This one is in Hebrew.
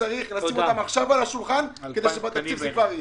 צריך לשים אותם עכשיו על השולחן כדי שבתקציב זה כבר יהיה.